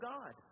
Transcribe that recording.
God